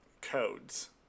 codes